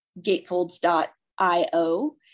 gatefolds.io